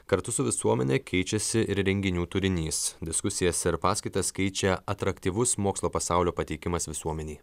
kartu su visuomene keičiasi ir renginių turinys diskusijas ir paskaitas keičia atraktyvus mokslo pasaulio pateikimas visuomenei